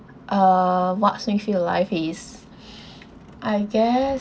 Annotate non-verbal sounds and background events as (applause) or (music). uh what makes me feel alive is (breath) I guess